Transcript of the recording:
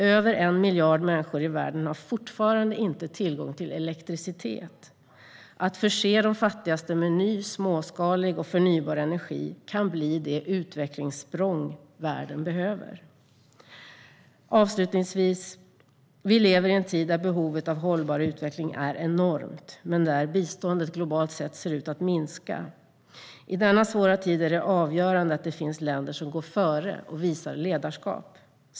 Över 1 miljard människor i världen har fortfarande inte tillgång till elektricitet. Att förse de fattigaste med ny småskalig och förnybar energi kan bli det utvecklingssprång världen behöver. Avslutningsvis lever vi i en tid då behovet av hållbar utveckling är enormt men då biståndet globalt sett ser ut att minska. I denna svåra tid är det avgörande att det finns länder som går före och visar ledarskap.